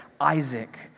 Isaac